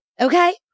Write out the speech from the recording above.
Okay